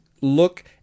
look